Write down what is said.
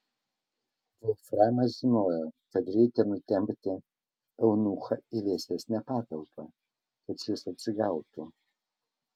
volframas žinojo kad reikia nutempti eunuchą į vėsesnę patalpą kad šis atsigautų